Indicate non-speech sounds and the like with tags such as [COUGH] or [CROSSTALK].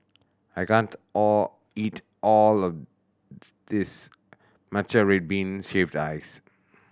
I can't all eat all of [UNINTELLIGIBLE] this matcha red bean shaved ice